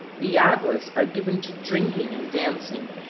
the yaguas are given to drinking and dancing.